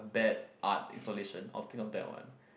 bad art installation I would think of that one